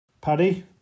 Paddy